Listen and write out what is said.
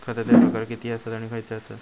खतांचे प्रकार किती आसत आणि खैचे आसत?